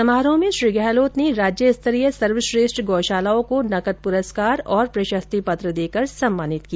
समारोह में श्री गहलोत ने राज्य स्तरीय सर्वश्रेष्ठ गौशालाओं को नकद पुरस्कार और प्रशस्ति पत्र देकर सम्मानित किया